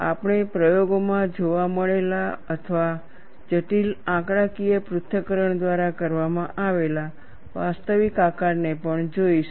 આપણે પ્રયોગોમાં જોવા મળેલા અથવા જટિલ આંકડાકીય પૃથ્થકરણ દ્વારા કરવામાં આવેલા વાસ્તવિક આકારને પણ જોઈશું